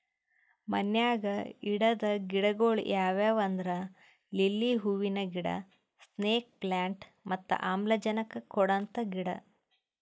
ಮನ್ಯಾಗ್ ಇಡದ್ ಗಿಡಗೊಳ್ ಯಾವ್ಯಾವ್ ಅಂದ್ರ ಲಿಲ್ಲಿ ಹೂವಿನ ಗಿಡ, ಸ್ನೇಕ್ ಪ್ಲಾಂಟ್ ಮತ್ತ್ ಆಮ್ಲಜನಕ್ ಕೊಡಂತ ಗಿಡ